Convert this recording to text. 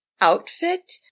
Outfit